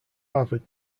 harvard